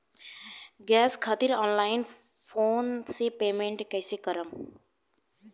Gas खातिर online phone से payment कैसे करेम?